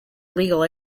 legal